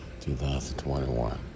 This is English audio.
2021